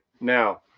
Now